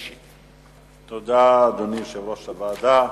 תודה, אדוני יושב-ראש הוועדה.